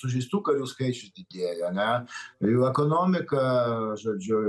sužeistų karių skaičius didėja ane jų ekonomika žodžiu